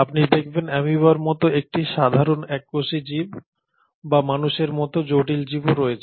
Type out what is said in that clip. আপনি দেখবেন অ্যামিবার মতো একটি সাধারণ এককোষী জীব বা মানুষের মতো জটিল জীবও রয়েছে